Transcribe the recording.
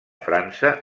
frança